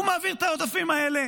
הוא מעביר את העודפים האלה